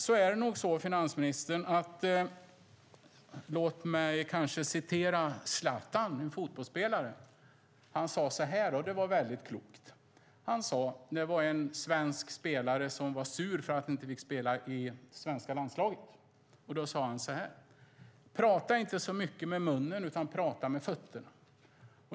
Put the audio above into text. Låt mig återge vad Zlatan, en fotbollsspelare, sade. Han sade något väldigt klokt. Det var en svensk spelare som var sur för att han inte fick spela i svenska landslaget. Då sade Zlatan så här: Prata inte så mycket med munnen, utan prata med fötterna!